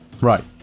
Right